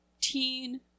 teen